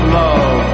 love